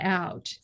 out